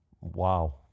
wow